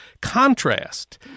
contrast